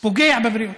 הוא פוגע בבריאות.